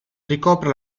ricopre